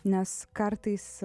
nes kartais